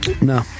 No